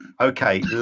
Okay